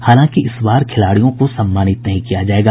हालांकि इस बार खिलाड़ियों को सम्मानित नहीं किया जायेगा